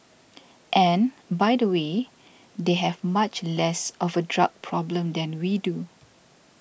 and by the way they have much less of a drug problem than we do